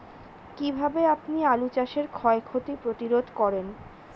কীভাবে আপনি আলু চাষের ক্ষয় ক্ষতি প্রতিরোধ করেন?